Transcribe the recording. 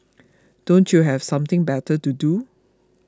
don't you have something better to do